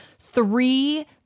three